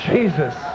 Jesus